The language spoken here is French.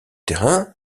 terrain